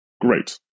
great